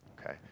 Okay